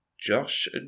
Josh